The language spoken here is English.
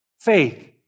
faith